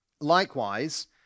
Likewise